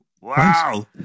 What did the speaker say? Wow